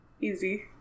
Easy